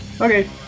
Okay